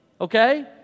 Okay